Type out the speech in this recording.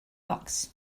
box